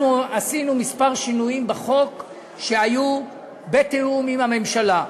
אנחנו עשינו כמה שינויים בחוק שהיו בתיאום עם הממשלה.